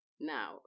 Now